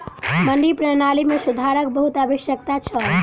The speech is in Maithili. मंडी प्रणाली मे सुधारक बहुत आवश्यकता छल